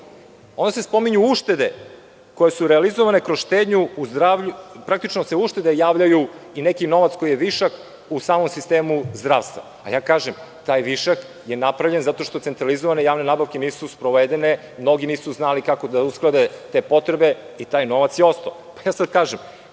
građana. Pominju se uštede koje su realizovane kroz štednju u zdravlju, praktično se uštede javljaju i neki novac koji je višak u samom sistemu zdravstva. Ja kažem, taj višak je napravljen zato što centralizovane javne nabavke nisu sprovedene, mnogi nisu znali kako da usklade te potrebe i taj novac je ostao. Sada kažem